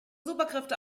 superkräfte